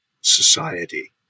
society